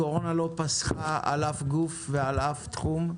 הקורונה לא פסחה על אף גוף ועל אף תחום,